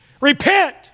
Repent